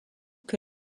que